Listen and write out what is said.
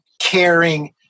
caring